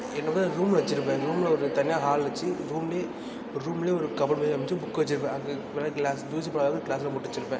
என்னோடய ரூம்ல வச்சிருப்பேன் எங்கள் ரூம்ல ஒரு தனியாக ஹால் வச்சு ரூம்ல ஒரு ரூம்ல ஒரு கப்போட் மாதிரி அமைச்சி புக் வச்சிருப்பேன் அங்கே வெள்ள க்ளா தூசிப்படாத க்ளாஸ்ல போட்டு வச்சிருப்பேன்